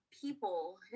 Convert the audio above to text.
people